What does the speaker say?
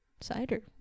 cider